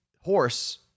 horse